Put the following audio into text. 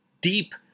deep